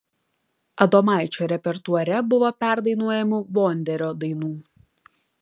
adomaičio repertuare buvo perdainuojamų vonderio dainų